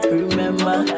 remember